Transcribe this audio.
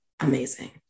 amazing